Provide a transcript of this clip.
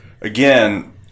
Again